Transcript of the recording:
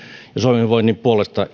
hyvinvoinnin puolesta